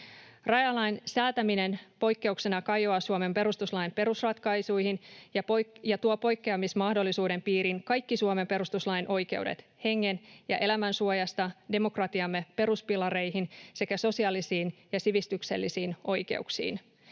Rajalain säätäminen poikkeuksena kajoaa Suomen perustuslain perusratkaisuihin ja tuo poikkeamismahdollisuuden piiriin kaikki Suomen perustuslain oikeudet hengen ja elämän suojasta demokratiamme peruspilareihin sekä sosiaalisiin ja sivistyksellisiin oikeuksiin.